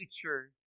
future